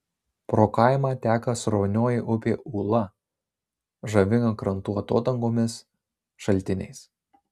pro kaimą teka sraunioji upė ūla žavinga krantų atodangomis šaltiniais